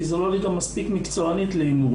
כי זו לא ליגה מספיק מקצוענית להימורים.